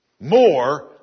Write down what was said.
more